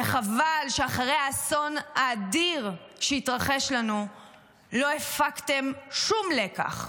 וחבל שאחרי האסון האדיר שהתרחש לנו לא הפקתם שום לקח,